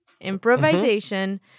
improvisation